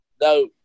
no